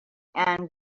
and